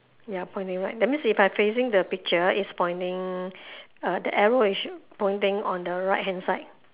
ya pointing right that means if I facing the picture is pointing err the arrow it should pointing on the right hand side